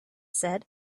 said